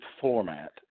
format